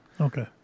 Okay